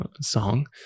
song